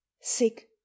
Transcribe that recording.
Sick